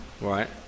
right